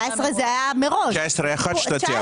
19' זה היה מראש, 19' זה חד שנתי.